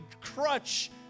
crutch